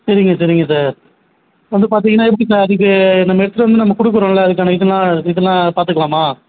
சரிங்க சரிங்க சார் இப்போ வந்து பார்த்தீங்கன்னா எப்படி சார் அதுக்கு நம்ம எடுத்துகிட்டு வந்து நம்ம கொடுக்குறோம்ல அதுக்கான இதெல்லாம் இதெல்லாம் பார்த்துக்கலாமா